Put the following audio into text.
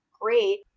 great